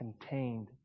contained